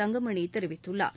தங்கமணி தெரிவித்துள்ளார்